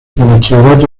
bachillerato